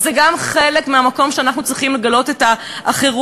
וזה גם חלק מהמקום שאנחנו צריכים לגלות את האחרות,